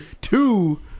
Two